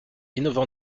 innovant